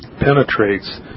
penetrates